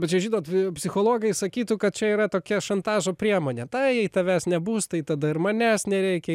bet čia žinot psichologai sakytų kad čia yra tokia šantažo priemonė tai jei tavęs nebus tai tada ir manęs nereikia